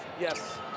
Yes